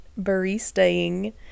baristaing